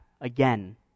again